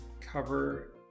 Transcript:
cover